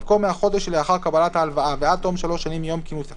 במקום "מהחודש שלאחר קבלת ההלוואה ועד תום שלוש שנים מיום כינוס הכנסת"